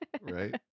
right